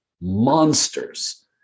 monsters